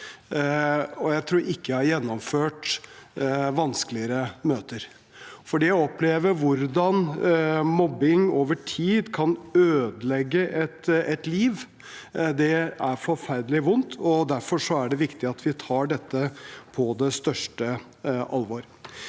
jeg tror ikke jeg har gjennomført vanskeligere møter. Det å oppleve hvordan mobbing over tid kan ødelegge et liv, er forferdelig vondt, og derfor er det viktig at vi tar dette på det største alvor.